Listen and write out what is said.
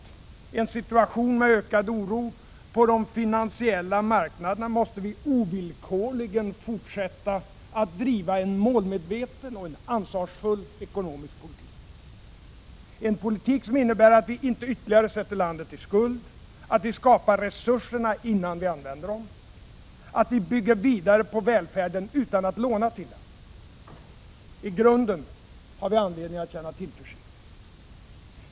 I en situation med ökad oro på de finansiella marknaderna måste vi ovillkorligen fortsätta att driva en målmedveten och ansvarsfull ekonomisk politik; en politik som innebär att vi inte ytterligare sätter landet i skuld, att vi skapar resurserna innan vi använder dem, att vi bygger vidare på välfärden utan att låna till den. I grunden har vi anledning att känna tillförsikt.